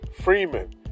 Freeman